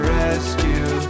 rescue